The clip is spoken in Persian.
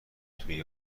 توی